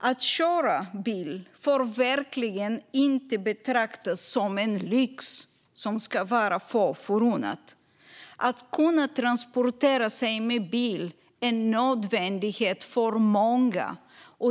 Att köra bil får verkligen inte betraktas som en lyx som det ska vara få förunnat. Att kunna transportera sig med bil är en nödvändighet för många.